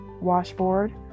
washboard